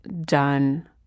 done